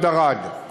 עד ערד.